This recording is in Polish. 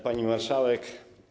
Pani Marszałek!